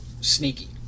sneaky